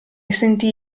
sentì